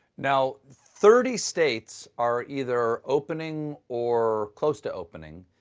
now, thirty states are either opening or close to opening,